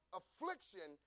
affliction